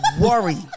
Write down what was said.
Worry